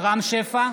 רם שפע,